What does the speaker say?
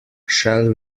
shall